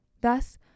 Thus